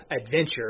adventure